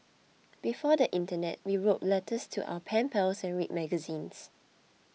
before the internet we wrote letters to our pen pals and read magazines